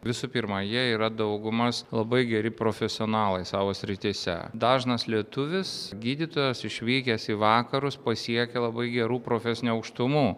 visų pirma jie yra daugumos labai geri profesionalai savo srityse dažnas lietuvis gydytojas išvykęs į vakarus pasiekia labai gerų profesinių aukštumų